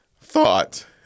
thought